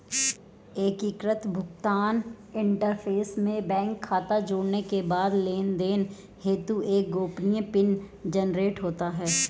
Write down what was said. एकीकृत भुगतान इंटरफ़ेस में बैंक खाता जोड़ने के बाद लेनदेन हेतु एक गोपनीय पिन जनरेट होता है